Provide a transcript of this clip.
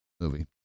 movie